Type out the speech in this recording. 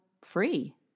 free